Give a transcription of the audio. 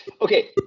okay